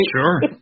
Sure